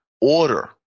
order